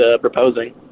proposing